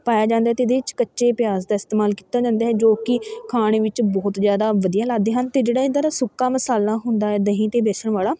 ਪਾਇਆ ਜਾਂਦਾ ਅਤੇ ਇਹਦੇ 'ਚ ਕੱਚੇ ਪਿਆਜ਼ ਦਾ ਇਸਤੇਮਾਲ ਕੀਤਾ ਜਾਂਦਾ ਹੈ ਜੋ ਕਿ ਖਾਣੇ ਵਿੱਚ ਬਹੁਤ ਜ਼ਿਆਦਾ ਵਧੀਆ ਲੱਗਦੇ ਹਨ ਅਤੇ ਜਿਹੜਾ ਇਹਦਾ ਦਾ ਸੁੱਕਾ ਮਸਾਲਾ ਹੁੰਦਾ ਦਹੀਂ ਅਤੇ ਵੇਸਣ ਵਾਲਾ